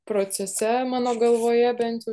procese mano galvoje bent jau